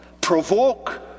provoke